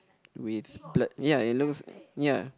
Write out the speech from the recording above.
with bl~ ya it looks ya